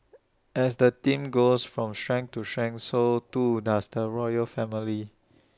as the team goes from strength to strength so too does the royal family